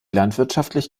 landwirtschaftlich